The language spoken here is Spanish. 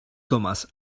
thomas